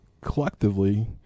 collectively